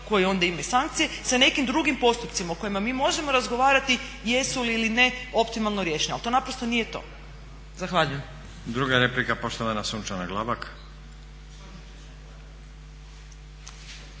koji onda ima sankcije sa nekim drugim postupcima u kojima mi možemo razgovarati jesu li ili ne optimalno riješene, ali to naprosto nije to. Zahvaljujem. **Stazić, Nenad (SDP)** Druga replika poštovana Sunčana Glavak.